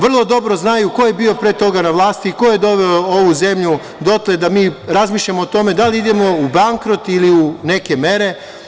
Vrlo dobro znaju ko je bio pre toga na vlasti, ko je doveo ovu zemlju dotle da mi razmišljamo o tome da li idemo u bankrot ili idemo u neke mere.